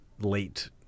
late